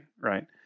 Right